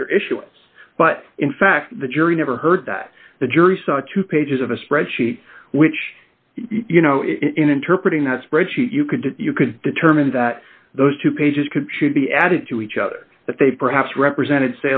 after issuance but in fact the jury never heard that the jury saw two pages of a spreadsheet which you know in interpreting that spreadsheet you could you could determine that those two pages could should be added to each other that they perhaps represented